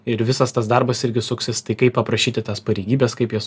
ir visas tas darbas irgi suksis tai kaip aprašyti tas pareigybes kaip jas